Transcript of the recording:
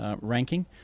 Ranking